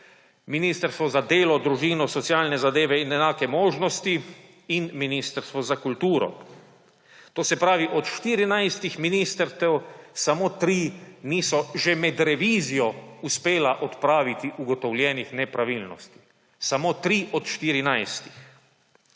Ministrstvo za delo, družino, socialne zadeve in enake možnosti in Ministrstvo za kulturo. To se pravi, od 14 ministrstev samo 3 niso že med revizijo uspela odpraviti ugotovljenih nepravilnosti. Samo 3 od 14.